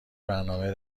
برنامه